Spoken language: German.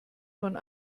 von